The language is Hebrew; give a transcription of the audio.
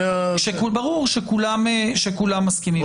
כשברור שכולם מסכימים.